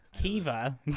Kiva